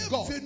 God